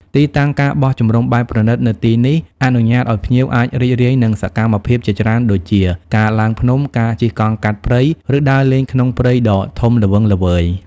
ទីតាំង ការបោះជំរំបែបប្រណីត នៅទីនេះអនុញ្ញាតឲ្យភ្ញៀវអាចរីករាយនឹងសកម្មភាពជាច្រើនដូចជា ការឡើងភ្នំ ការជិះកង់កាត់ព្រៃ ឬដើរលេងក្នុងព្រៃដ៏ធំល្វឹងល្វើយ។